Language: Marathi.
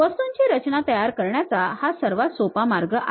वस्तूंची रचना तयार करण्याचा हा सर्वात सोपा मार्ग आहे